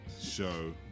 show